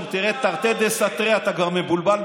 לזה הייתה הכוונה.